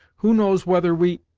who knows whether we